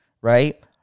right